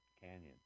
canyon